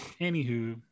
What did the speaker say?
Anywho